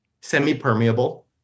semi-permeable